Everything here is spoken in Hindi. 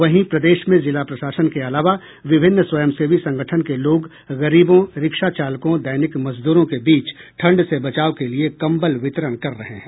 वहीं प्रदेश में जिला प्रशासन के अलावा विभिन्न स्वयं सेवी संगठन के लोग गरीबों रिक्शा चालकों दैनिक मजदूरों के बीच ठंड से बचाव के लिए कंबल वितरण कर रहे हैं